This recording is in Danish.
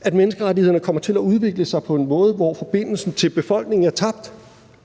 at menneskerettighederne kommer til at udvikle sig på en måde, hvor forbindelsen til befolkningen er tabt,